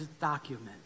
document